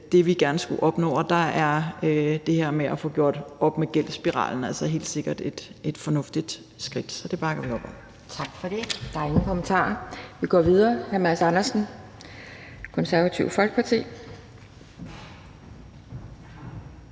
det, vi gerne skulle opnå, og der er det her med at få gjort op med gældsspiralen altså helt sikkert et fornuftigt skridt, så det bakker vi op om. Kl. 12:50 Anden næstformand (Pia Kjærsgaard): Tak for det. Der er ingen kommentarer. Vi går videre til hr. Mads Andersen, Det Konservative Folkeparti.